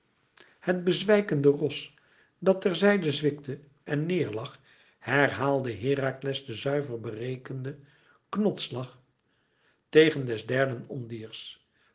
het bezwijkende ros dat ter zijde zwikte en neêr lag herhaalde herakles den zuiver berekenden knotsslag tegen des derden ondiers